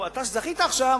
אתה שזכית עכשיו,